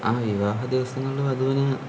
ആ വിവാഹ ദിവസങ്ങളിൽ വധുവിനെ